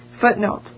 Footnote